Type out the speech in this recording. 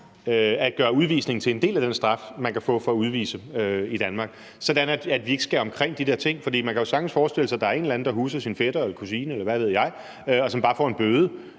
at gøre udvisning til en del af den straf, man kan få i forhold til det, sådan at vi ikke skal omkring de der ting. For man kan jo sagtens forestille sig, at der er en eller anden, som huser sin fætter eller kusine, eller hvad ved jeg, og som bare får en bøde